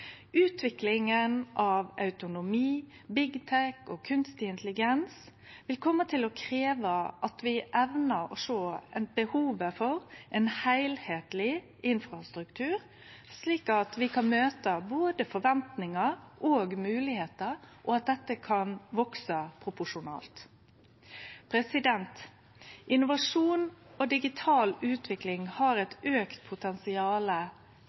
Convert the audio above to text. Utviklinga av autonomi, Big Tech og kunstig intelligens vil kome til å krevje at vi evnar å sjå behovet for ein heilskapleg infrastruktur, slik at vi kan møte både forventningar og moglegheiter, og at dette kan vekse proporsjonalt. Innovasjon og digital utvikling har eit